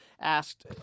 asked